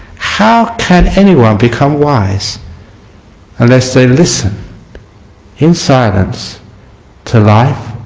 how can anyone become wise unless they listen in silence to life,